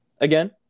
again